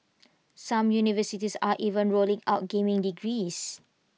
some universities are even rolling out gaming degrees